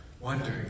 wondering